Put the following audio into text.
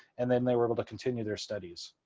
and then they were able to continue their studies.